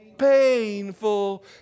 Painful